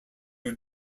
have